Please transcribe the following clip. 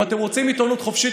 אם אתם רוצים עיתונות חופשית,